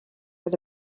with